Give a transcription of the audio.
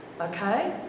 okay